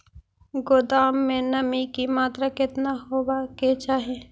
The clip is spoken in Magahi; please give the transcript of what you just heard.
गोदाम मे नमी की मात्रा कितना होबे के चाही?